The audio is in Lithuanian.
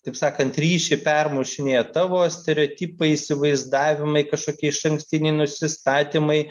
taip sakant ryšį permušinėja tavo stereotipai įsivaizdavimai kažkokie išankstiniai nusistatymai